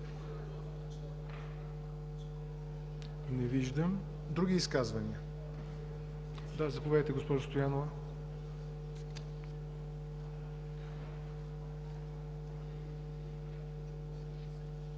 Не виждам. Други изказвания? Да. Заповядайте, госпожо Стоянова.